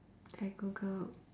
I googled